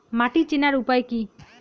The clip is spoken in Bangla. মাটি চেনার উপায় কি?